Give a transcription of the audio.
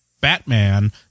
Batman